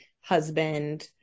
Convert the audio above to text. husband